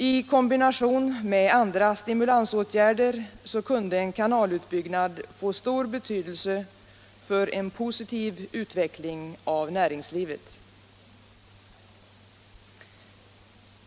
I kombination med andra stimulansåtgärder kunde en kanalutbyggnad få stor betydelse för en positiv utveckling av näringslivet.